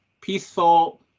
peaceful